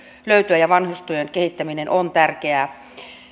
löytyä ja vanhustyön kehittäminen on tärkeää